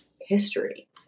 history